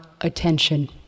attention